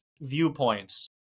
viewpoints